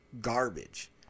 garbage